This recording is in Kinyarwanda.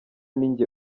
ninjye